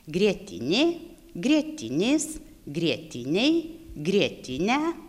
grietinė grietinės grietinei grietinę